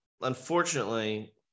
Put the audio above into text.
unfortunately